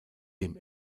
dem